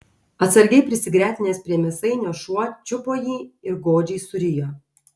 atsargiai prisigretinęs prie mėsainio šuo čiupo jį ir godžiai surijo